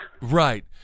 Right